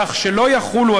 כך שלא יחולו,